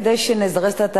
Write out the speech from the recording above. זה כדי שנזרז את התהליכים,